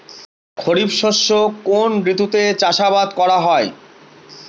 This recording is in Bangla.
খরিফ শস্য কোন ঋতুতে চাষাবাদ করা হয়?